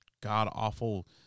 god-awful